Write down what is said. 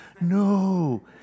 no